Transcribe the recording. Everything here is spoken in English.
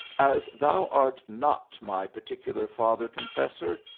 as thou art not my particular father confessor,